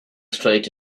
straight